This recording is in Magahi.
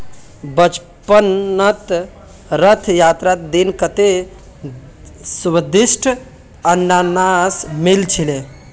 बचपनत रथ यात्रार दिन कत्ते स्वदिष्ट अनन्नास मिल छिले